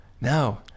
No